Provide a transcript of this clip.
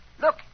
Look